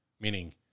meaning